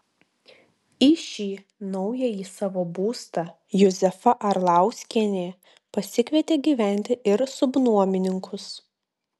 į šį naująjį savo būstą juzefa arlauskienė pasikvietė gyventi ir subnuomininkus